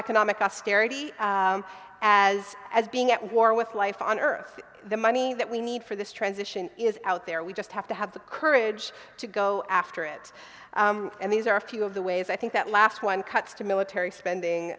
economic austerity as as being at war with life on earth the money that we need for this transition is out there we just have to have the courage to go after it and these are a few of the ways i think that last one cuts to military spending